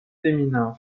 féminin